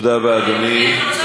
תודה רבה, אדוני.